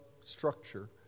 structure